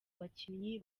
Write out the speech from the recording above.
bakinnyi